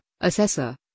assessor